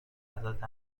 حضرت